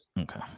Okay